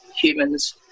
humans